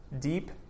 deep